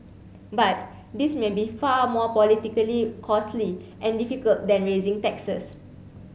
but this may be far more politically costly and difficult than raising taxes